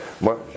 Moi